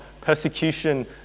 persecution